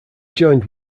joined